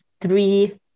three